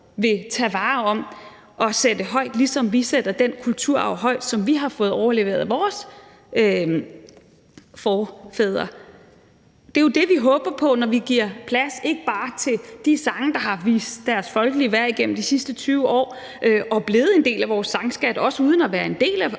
vil tage vare på og sætte højt, ligesom vi sætter den kulturarv højt, som vi har fået overleveret af vores forfædre. Det er jo det, vi håber på, når vi giver plads, ikke bare til de sange, der har vist deres folkelige værd igennem de sidste 20 år og er blevet en del af vores sangskat, også uden at være en del af